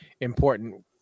important